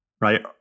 right